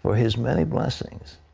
for his many blessings.